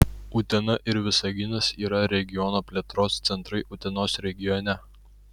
utena ir visaginas yra regiono plėtros centrai utenos regione